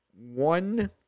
one